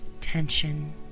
tension